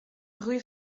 rue